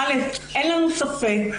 אין לנו ספק,